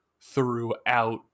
throughout